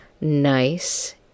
Nice